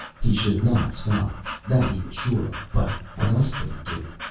he should not stop, that he was sure of, but what else could he do?